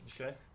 Okay